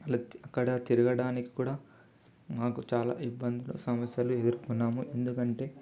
అలా అక్కడ తిరగడానికి కూడా మాకు చాలా ఇబ్బందులు సమస్యలు ఎదుర్కున్నాము ఎందుకంటే